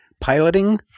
piloting